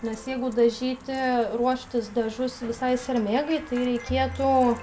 nes jeigu dažyti ruoštis dažus visai sermėgai tai reikėtų